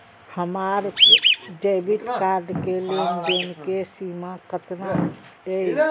हमार debit card के लेन देन के सीमा केतना ये?